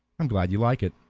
am glad you like it,